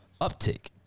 uptick